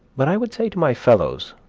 but i would say to my fellows,